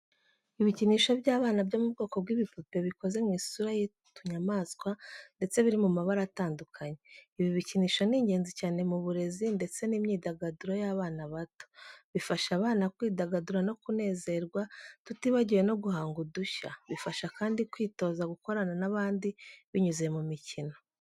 Ibikinisho by’abana byo mu bwoko bw'ibipupe bikoze mu isura y'utunyamaswa ndetse biri mu mabara atadukanye. Ibi bikinisho ni ingenzi cyane mu burezi ndetse n’imyidagaduro y’abana bato. Bifasha abana kwidagadura no kunezerwa tutibagiwe no guhanga udushya. Bibafasha kandi kwitoza gukorana n’abandi binyuze mu mikino.